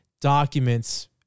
documents